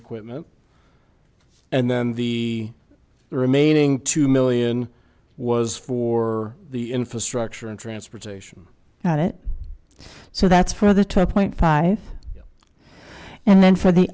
equipment and then the remaining two million was for the infrastructure and transportation got it so that's for the term point five and then for the